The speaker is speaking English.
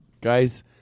Guys